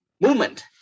movement